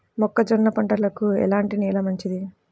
మొక్క జొన్న పంటకు ఎలాంటి నేల మంచిది?